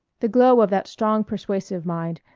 the glow of that strong persuasive mind,